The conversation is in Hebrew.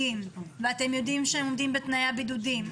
ואתם יודעים שהם עומדים בתנאי הבידוד,